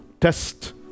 test